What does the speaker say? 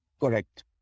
Correct